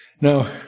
Now